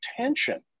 tension